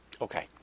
Okay